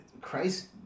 christ